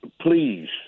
please